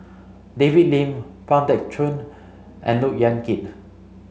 David Lim Pang Teck Joon and Look Yan Kit